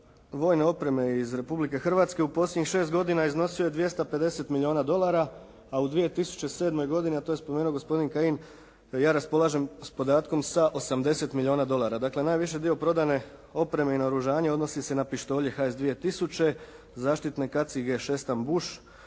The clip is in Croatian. vojne opreme iz Republike Hrvatske u posljednjih 6 godina iznosio je 250 milijuna dolara, a u 2007. godini a to je spomenuo gospodin Kajin ja raspolažem s podatkom sa 80 milijuna dolara. Dakle najviši dio prodane opreme i naoružanja odnosi se na pištolje «HS 2000», zaštitne kacige